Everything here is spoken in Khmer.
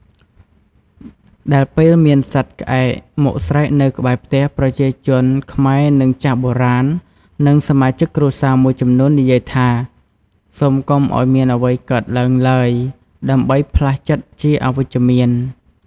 ដែលពេលមានសត្វក្អែកមកស្រែកនៅក្បែរផ្ទះ ប្រជាជនខ្មែរនិងចាស់បុរាណនិងសមាជិកគ្រួសារមួយចំនួននិយាយថា: “សូមកុំឲ្យមានអ្វីកើតឡើងឡើយ” ដើម្បីផ្លាស់ចិត្តជាអវិជ្ជមាន។